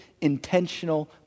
intentional